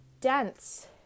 dense